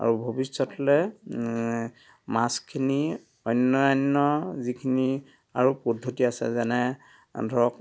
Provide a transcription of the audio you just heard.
আৰু ভৱিষ্যতলে মাছখিনি অন্যান্য যিখিনি আৰু পদ্ধতি আছে যেনে যেনে ধৰক